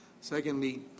secondly